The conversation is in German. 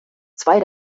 zwei